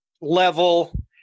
level